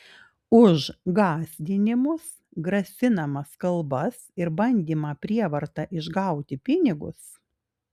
už gąsdinimus grasinamas kalbas ir bandymą prievarta išgauti pinigus